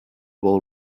will